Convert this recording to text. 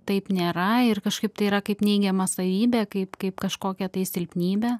taip nėra ir kažkaip tai yra kaip neigiama savybė kaip kaip kažkokia tai silpnybė